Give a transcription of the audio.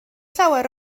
llawer